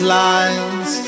lines